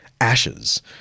ashes